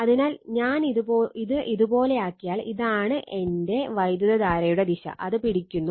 അതിനാൽ ഞാൻ ഇത് ഇതുപോലെയാക്കിയാൽ ഇതാണ് എന്റെ വൈദ്യുതധാരയുടെ ദിശ അത് പിടിക്കുന്നു